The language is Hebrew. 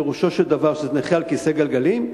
פירושו של דבר שזה לנכה על כיסא גלגלים,